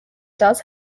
does